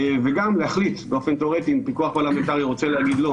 וגם להחליט באופן תיאורטי אם פיקוח לפרלמנטרי רוצה להגיד: לא,